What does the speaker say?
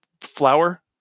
flour